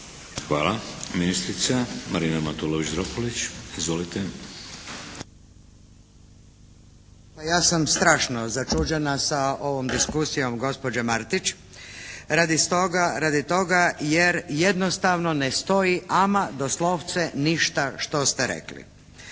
Hvala lijepa gospodine predsjedniče. Pa sam strašno začuđena sa ovom diskusijom gospođe Martić radi toga jer jednostavno ne stoji ama doslovce ništa što ste rekli.